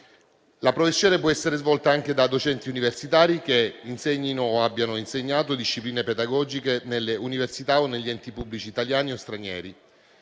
La professione può essere svolta anche da docenti universitari che insegnino o abbiano insegnato discipline pedagogiche nelle università o negli enti pubblici italiani o stranieri.